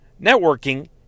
Networking